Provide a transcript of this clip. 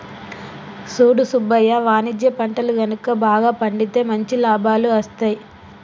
సూడు సుబ్బయ్య వాణిజ్య పంటలు గనుక బాగా పండితే మంచి లాభాలు అస్తాయి